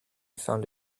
found